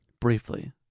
Briefly